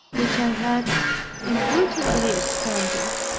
which i had imprudently expended,